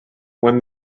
when